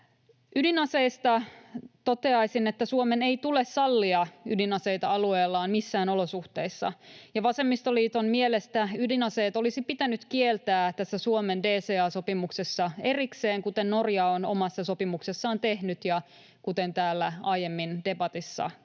Ydinaseista toteaisin, että Suomen ei tule sallia ydinaseita alueellaan missään olosuhteissa, ja vasemmistoliiton mielestä ydinaseet olisi pitänyt kieltää tässä Suomen DCA-sopimuksessa erikseen, kuten Norja on omassa sopimuksessaan tehnyt ja kuten täällä aiemmin debatissa